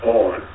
on